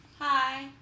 Hi